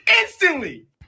instantly